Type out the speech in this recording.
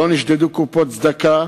לא נשדדו קופות צדקה,